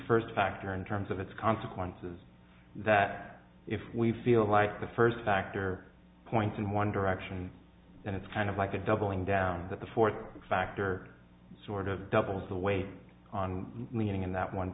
first factor in terms of its consequences that if we feel like the first factor points in one direction and it's kind of like a doubling down that the fourth factor sort of doubles the weight on leaning in that one